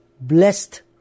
blessed